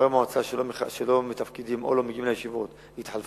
חברי מועצה שלא מתפקדים או לא מגיעים לישיבות יתחלפו.